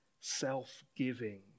self-giving